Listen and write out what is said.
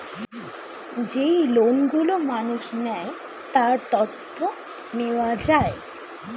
যেই লোন গুলো মানুষ নেয়, তার তথ্য নেওয়া যায়